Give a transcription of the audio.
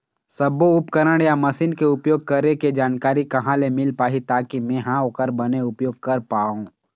सब्बो उपकरण या मशीन के उपयोग करें के जानकारी कहा ले मील पाही ताकि मे हा ओकर बने उपयोग कर पाओ?